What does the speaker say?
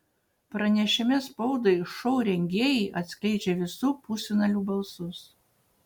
pranešime spaudai šou rengėjai atskleidžia visų pusfinalių balsus